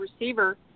receiver